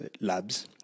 labs